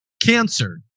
Cancer